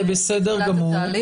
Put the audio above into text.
זה בסדר גמור.